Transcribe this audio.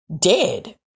dead